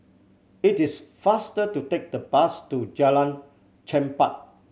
it is faster to take the bus to Jalan Chempah